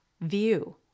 view